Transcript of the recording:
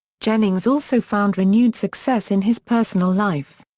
jennings also found renewed success in his personal life.